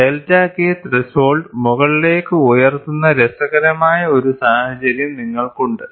delta K threshold മുകളിലേക്ക് ഉയർത്തുന്ന രസകരമായ ഒരു സാഹചര്യം നിങ്ങൾക്കുണ്ട്